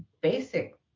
basic